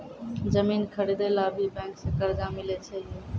जमीन खरीदे ला भी बैंक से कर्जा मिले छै यो?